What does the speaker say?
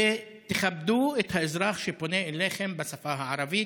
ותכבדו את האזרח שפונה אליכם בשפה הערבית.